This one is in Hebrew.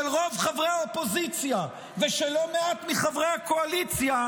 של רוב חברי האופוזיציה ושל לא מעט מחברי הקואליציה,